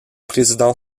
président